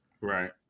Right